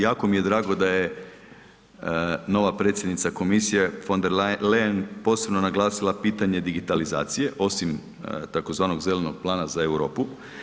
Jako mi je drago da je nova predsjednica komisije von der Leyen posebno naglasila pitanje digitalizacije osim tzv. zelenog plana za Europu.